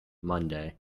monday